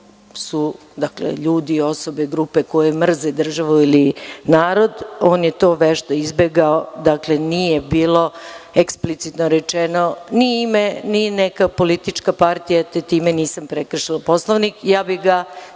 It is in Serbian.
su ljudi, osobe, grupe koje mrze državu ili narod, on je to vešto izbegao. Dakle, nije bilo eksplicitno rečeno ni ime ni neka politička partija, te time nisam prekršila Poslovnik. Zaista bih ga